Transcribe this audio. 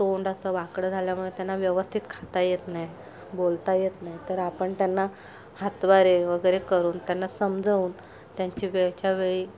तोंड असं वाकडं झाल्यामुळे त्यांना व्यवस्थित खाता येत नाही बोलता येत नाही तर आपण त्यांना हातवारे वगैरे करून त्यांना समजावून त्यांची वेळच्यावेळी